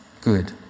good